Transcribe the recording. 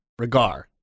Regar